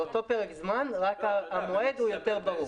זה אותו פרק זמן, רק המועד ברור יותר.